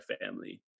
family